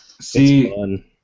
See